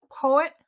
poet